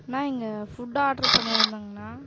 அண்ணா இங்கே food order பண்ணியிருந்தங்கண்ணா